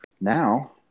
Now